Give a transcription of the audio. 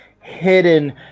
hidden